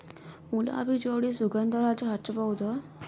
ಗುಲಾಬಿ ಜೋಡಿ ಸುಗಂಧರಾಜ ಹಚ್ಬಬಹುದ?